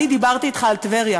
אני דיברתי אתך על טבריה,